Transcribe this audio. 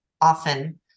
often